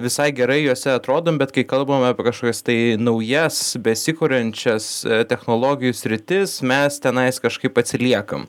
visai gerai jose atrodom bet kai kalbam apie kažkokias tai naujas besikuriančias technologijų sritis mes tenais kažkaip atsiliekam